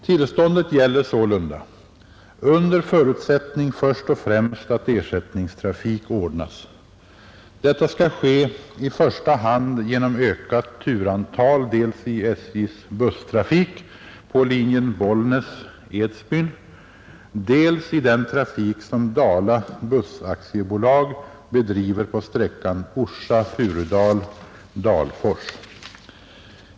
Tillståndet gäller sålunda under förutsättning först och främst att ersättningstrafik ordnas. Detta skall ske i första hand genom ökat turantal dels i SJ:s busstrafik på linjen Bollnäs-Edsbyn, dels i den trafik som Dala Buss AB bedriver på sträckan Orsa—Furudal—Dalfors.